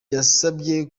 yasabye